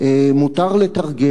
מותר לתרגל?